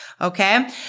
Okay